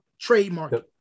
Trademark